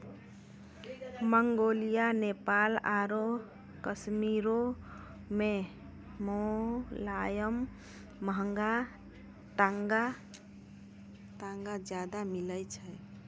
Mongolia, Nepal आरु कश्मीरो मे मोलायम महंगा तागा ज्यादा मिलै छै